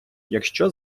якщо